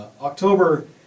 October